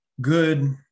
Good